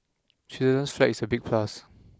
Switzerland's flag is a big plus